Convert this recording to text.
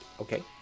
Okay